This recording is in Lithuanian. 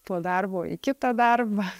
po darbo į kitą darbą